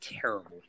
terrible